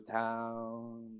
town